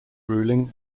ruling